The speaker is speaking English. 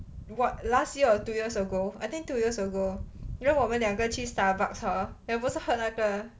what last year or two years ago I think two years ago then 我们两个去 Starbucks hor then 不是喝那个